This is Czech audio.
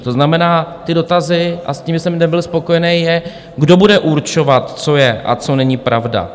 To znamená, ty dotazy, a s těmi jsem nebyl spokojený, jsou: Kdo bude určovat, co je a co není pravda?